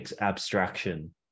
abstraction